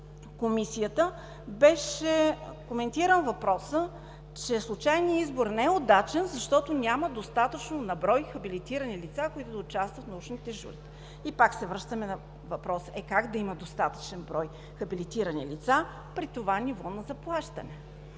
Комисията, беше коментиран въпросът, че случайният избор не е удачен, защото няма достатъчно на брой хабилитирани лица, които да участват в научното жури. И пак се връщаме на въпроса – е, как да има достатъчен брой хабилитирани лица при това ниво на заплащане?